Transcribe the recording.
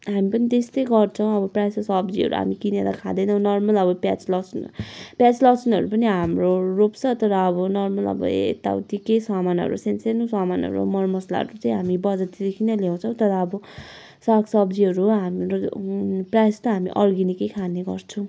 हामी पनि त्यस्तै गर्छौँ अब प्रायः जस्तो सब्जीहरू हामी किनेर खाँदैनौ नर्मल अब प्याज लहसुन प्याज लहसुनहरू पनि हाम्रो रोप्छ तर अब नर्मल अब यत्ताउति केही सामानहरू सानोसानो सामानहरू मर मसालाहरू चाहिँ हामी बजारतिर किनेर ल्याउँछौँ तर अब सागसब्जीहरू हाम्रो प्रायः जस्तो हामी अर्ग्यानिकै खाने गर्छौँ